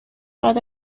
بعد